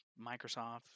Microsoft